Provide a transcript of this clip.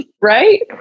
right